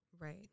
Right